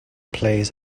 plays